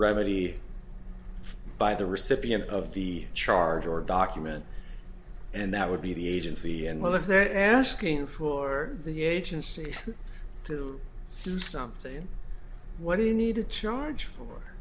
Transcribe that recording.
remedy by the recipient of the charge or document and that would be the agency and well if they're asking for the agency to do something what do you need to charge for